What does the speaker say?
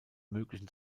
möglichen